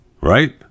right